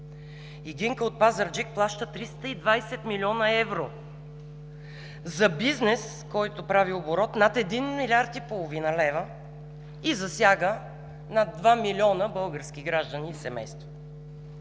И Гинка от Пазарджик плаща 320 милиона евро за бизнес, който прави оборот над 1,5 млрд. лв. и засяга над 2 милиона български граждани и семейства!